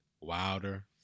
Wilder